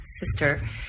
sister